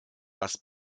das